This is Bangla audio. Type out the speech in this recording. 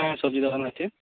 হ্যাঁ সবজি দোকান আছে